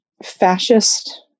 fascist